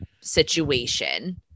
situation